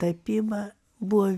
tapyba buvo